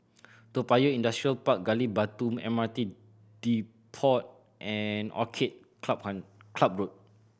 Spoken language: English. Toa Payoh Industrial Park Gali Batu M R T Depot and Orchid Club Club Road